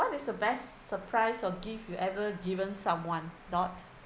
what is the best surprise or gift you ever given someone dot